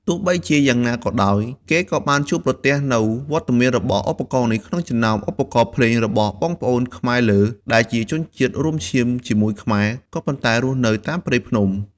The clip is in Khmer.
ទោះបីជាយ៉ាងណាក៏ដោយ គេក៏បានជួបប្រទះនូវវត្តមានរបស់ឧបករណ៍នេះ ក្នុងចំណោមឧបករណ៍ភ្លេងរបស់បងប្អូនខ្មែរលើ ដែលជាជនជាតិរួមឈាមជាមួយខ្មែរ ក៏ប៉ុន្តែរស់នៅតាមព្រៃភ្នំ។